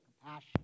compassion